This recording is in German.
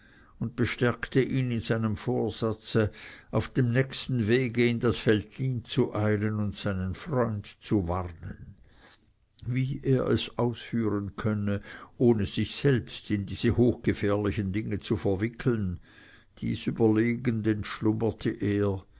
und bestärkte ihn in seinem vorsatze auf dem nächsten wege in das veltlin zu eilen und seinen freund zu warnen wie er es ausführen könne ohne sich selbst in diese hochgefährlichen dinge zu verwickeln dies überlegend entschlummerte er